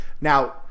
now